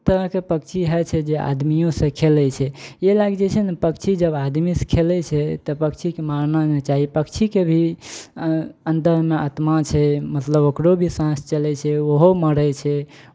तरहके पक्षी होइ छै जे आदमियोसँ खेलै छै इएह लए कऽ छै ने पक्षी जब आदमीसँ खेलै छै तऽ पक्षीकेँ मारना नहि चाही पक्षीके भी अन्दरमे आत्मा छै मतलब ओकरो भी साँस चलै छै ओहो मरै छै